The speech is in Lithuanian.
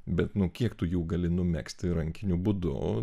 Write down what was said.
bet nu kiek tu jų gali numegzti rankiniu būdu